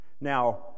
Now